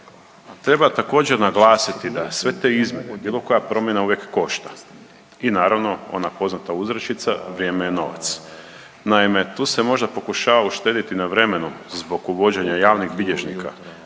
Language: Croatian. Treba također naglasiti da sve te izmjene, bilo koja promjena uvijek košta. I naravno, ona poznata uzrečica vrijeme je novac. Naime, tu se možda pokušava uštedjeti na vremenu zbog uvođenja javnih bilježnika,